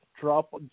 drop